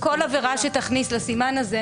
כל עבירה שתכניס לסימן הזה,